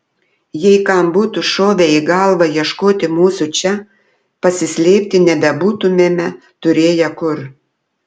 jei kam būtų šovę į galvą ieškoti mūsų čia pasislėpti nebebūtumėme turėję kur